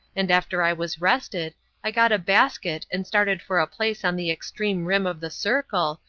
and after i was rested i got a basket and started for a place on the extreme rim of the circle,